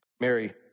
Mary